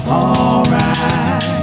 alright